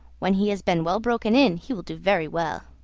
when he has been well broken in he will do very well.